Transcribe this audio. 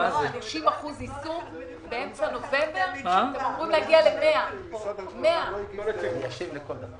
30 אחוזי ניצול באמצע נובמבר בזמן שאתם אמורים להגיע ל-100 אחוזי ניצול.